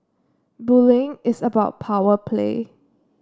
bullying is about power play